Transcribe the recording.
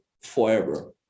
forever